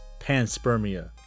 panspermia